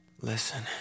Listen